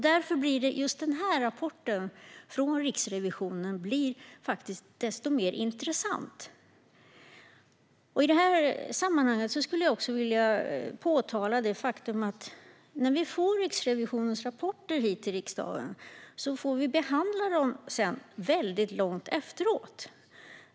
Därför blir just denna rapport från Riksrevisionen desto mer intressant. I detta sammanhang skulle jag vilja påpeka det faktum att vi i riksdagen får behandla Riksrevisionens rapporter väldigt långt efteråt.